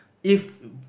if